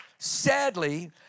sadly